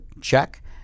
check